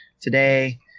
today